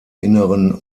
inneren